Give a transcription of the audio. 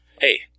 hey